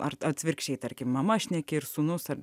ar atvirkščiai tarkim mama šneki ir sūnus ar